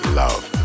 love